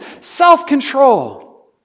self-control